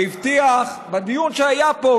שהבטיח בדיון שהיה פה,